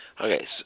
Okay